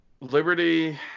Liberty